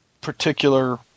particular